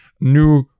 new